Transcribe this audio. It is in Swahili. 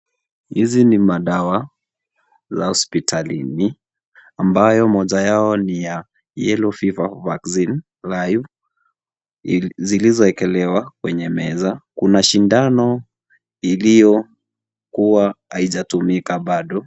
Hizi ni madawa za hospitalini, ambayo moja yao ni ya yellow fever vaccine live zilizowekelewa kwenye meza. Kuna sindano iliyokuwa haijatumika bado.